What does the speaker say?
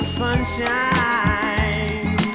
sunshine